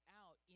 out